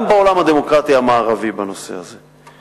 גם בעולם הדמוקרטי המערבי, בנושא הזה.